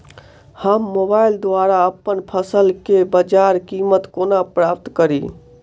हम मोबाइल द्वारा अप्पन फसल केँ बजार कीमत कोना प्राप्त कड़ी?